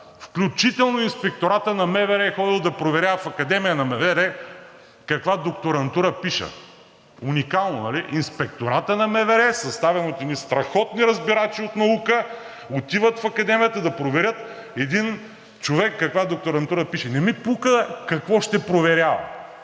Включително Инспекторатът на МВР е ходил да проверява в Академията на МВР каква докторантура пиша. Уникално, нали – Инспекторатът на МВР, съставен от едни страхотни разбирачи от наука, отиват в Академията да проверят един човек каква докторантура пише! Не ми пука какво ще проверяват.